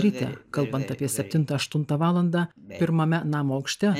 ryte kalbant apie septintą aštuntą valandą pirmame namo aukšte